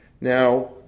Now